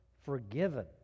forgiven